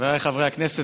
חבריי חברי הכנסת.